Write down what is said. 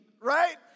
right